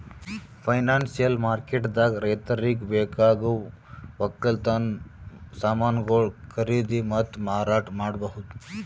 financial ಮಾರ್ಕೆಟ್ದಾಗ್ ರೈತರಿಗ್ ಬೇಕಾಗವ್ ವಕ್ಕಲತನ್ ಸಮಾನ್ಗೊಳು ಖರೀದಿ ಮತ್ತ್ ಮಾರಾಟ್ ಮಾಡ್ಬಹುದ್